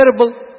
terrible